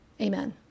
Amen